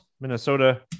Minnesota